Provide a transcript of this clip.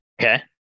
Okay